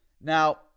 Now